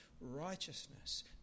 righteousness